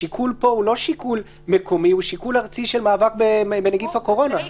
השיקול פה הוא לא שיקול מקומי אלא שיקול ארצי של מאבק בנגיף הקורונה.